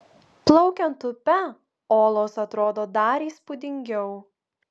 plaukiant upe olos atrodo dar įspūdingiau